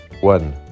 one